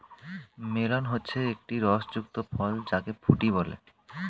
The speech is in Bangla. মেলন হচ্ছে একটি রস যুক্ত ফল যাকে ফুটি বলে